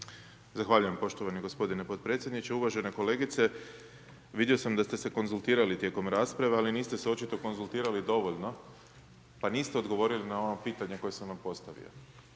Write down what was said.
Zahvaljujem poštovani gospodine potpredsjedniče. Uvažena kolegice, vidio sam da ste se konzultirali tijekom rasprave, ali niste se očito konzultirali dovoljno pa niste odgovorili na ono pitanje koje sam vam postavio.